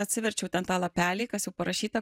atsiverčiau ten tą lapelį kas jau parašyta